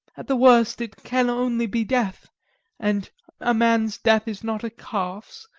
at the worst it can only be death and a man's death is not a calf's,